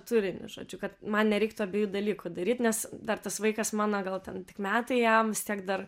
turinį žodžiu kad man nereiktų abiejų dalykų daryt nes dar tas vaikas mano vėl ten tik metai jam vis tiek dar